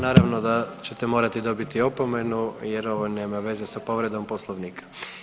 Naravno da ćete morati dobiti opomenu jer ovo nema veze sa povredom poslovnika.